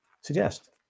suggest